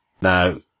now